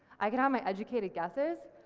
i could have my educated guesses.